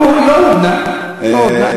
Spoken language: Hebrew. לא "הודנה", לא "הודנה".